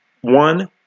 one